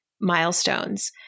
milestones